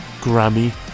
Grammy